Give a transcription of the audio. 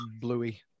Bluey